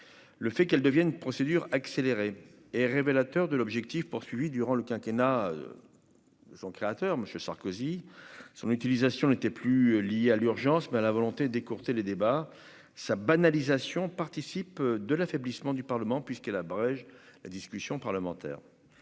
le fait qu'elle devienne une procédure accélérée est révélateur de l'objectif poursuivi durant le quinquennat son créateur, monsieur Sarkozy, son utilisation n'était plus lié à l'urgence, mais à la volonté d'écourter les débats sa banalisation participe de l'affaiblissement du Parlement puisqu'elle abrège la discussion parlementaire,